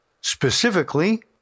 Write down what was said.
Specifically